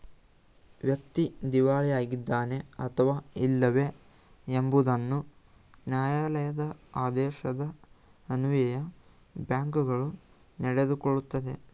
ವ್ಯಕ್ತಿ ದಿವಾಳಿ ಆಗಿದ್ದಾನೆ ಅಥವಾ ಇಲ್ಲವೇ ಎಂಬುದನ್ನು ನ್ಯಾಯಾಲಯದ ಆದೇಶದ ಅನ್ವಯ ಬ್ಯಾಂಕ್ಗಳು ನಡೆದುಕೊಳ್ಳುತ್ತದೆ